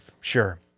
Sure